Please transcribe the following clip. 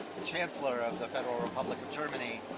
chancellor of the federal republic of germany